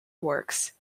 works